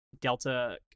delta